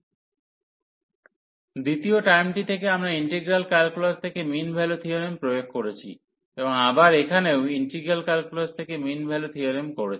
ΔΦu1u2fxαΔα fxαdxu2u2αΔαfxαΔαdx u1u1αΔαfxαΔαdx দ্বিতীয় টার্মটি থেকে আমরা ইন্টিগ্রাল ক্যালকুলাস থেকে মিন ভ্যালু থিওরেম প্রয়োগ করেছি এবং আবার এখানেও ইন্টিগ্রাল ক্যালকুলাস থেকে মিন ভ্যালু থিওরেম করেছি